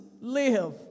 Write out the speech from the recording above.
live